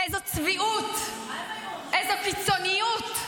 איזו צביעות, איזו קיצוניות.